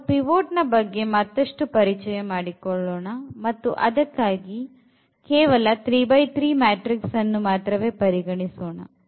ನಾವು ಪಿವೊಟ್ ನ ಬಗ್ಗೆ ಮತ್ತಷ್ಟು ಪರಿಚಯ ಮಾಡಿಕೊಳ್ಳೋಣ ಮತ್ತು ಅದಕ್ಕಾಗಿ ಕೇವಲ 33 ಮ್ಯಾಟ್ರಿಕ್ಸ್ ಅನ್ನು ಪರಿಗಣಿಸೋಣ